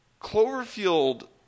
Cloverfield